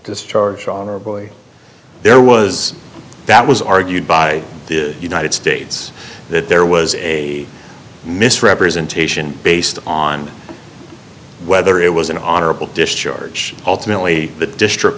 discharged honorably there was that was argued by the united states that there was a misrepresentation based on whether it was an honorable discharge ultimately the district